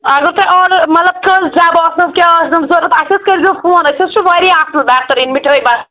اگر تۄہہِ آرڈَر مطلب کٔژ ڈبہٕ آسنَو کیٛاہ آسنو ضرورَت اَسہِ حظ کٔرزیٚو فون أسۍ حظ چھُ واریاہ اَصٕل بہتٔریٖن مِٹٲے بَناوان